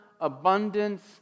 abundance